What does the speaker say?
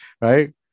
Right